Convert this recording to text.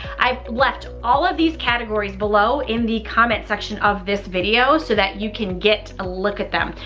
i've left all of these categories below in the comments section of this video so that you can get a look at them.